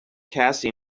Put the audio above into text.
cassie